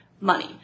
money